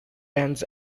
ends